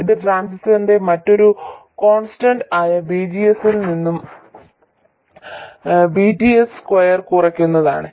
ഇത് ട്രാന്സിസ്റ്ററിന്റെ മറ്റൊരു കോൺസ്റ്റന്റ് ആയ VGS ഇൽ നിന്നും VT സ്ക്വയർ കുറക്കുന്നതാണ്